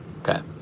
Okay